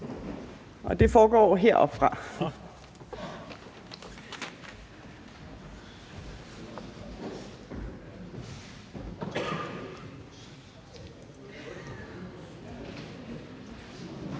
og det foregår heroppefra.